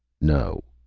no,